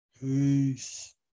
Peace